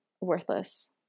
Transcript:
worthless